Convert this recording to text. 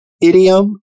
Idiom